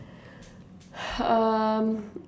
um